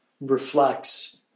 reflects